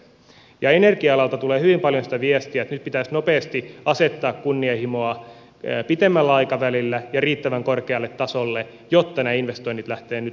ja energia alalta tulee hyvin paljon sitä viestiä että nyt pitäisi nopeasti asettaa kunnianhimoa pitemmällä aikavälillä ja riittävän korkealle tasolle jotta ne investoinnit lähtevät nyt liikkeelle